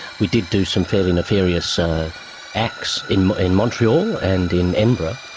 we did do some fairly nefarious ah acts in in montreal and in edinburgh.